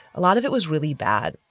a lot of it was really bad.